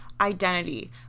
identity